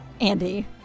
Andy